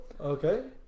okay